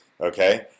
Okay